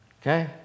Okay